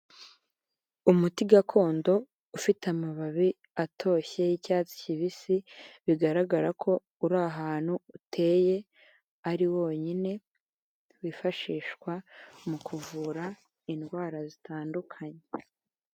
Umuti gakondo ufite amababi atoshye y'icyatsi kibisi, bigaragara ko uri ahantu uteye ari wonyine, wifashishwa mu kuvura indwara zitandukanye.